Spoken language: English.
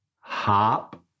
Hop